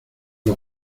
los